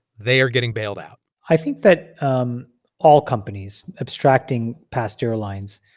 they are getting bailed out i think that um all companies, abstracting past airlines,